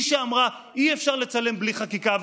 היא שאמרה: אי-אפשר לצלם בלי חקיקה.